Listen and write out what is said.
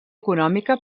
econòmica